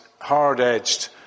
hard-edged